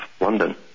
London